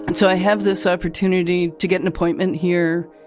and so i have this opportunity to get an appointment here,